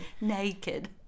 Naked